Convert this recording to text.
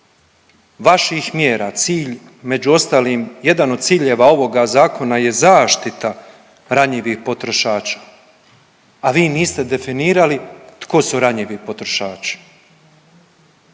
vaših mjera, cilj među ostalim jedan od ciljeva ovoga zakona je zaštita ranjivih potrošača, a vi niste definirali tko su ranjivi potrošači.